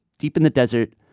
deep in the desert,